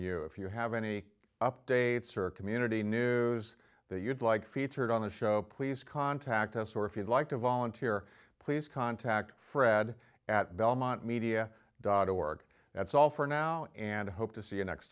you if you have any updates or a community near as that you'd like featured on the show please contact us or if you'd like to volunteer please contact fred at belmont media dot org that's all for now and hope to see you next